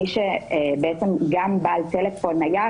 מי שגם בעל טלפון נייח,